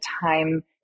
time